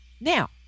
now